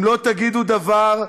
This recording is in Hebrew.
אם לא תגידו דבר,